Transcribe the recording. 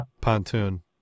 pontoon